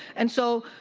and so,